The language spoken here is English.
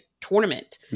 tournament